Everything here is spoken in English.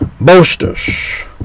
boasters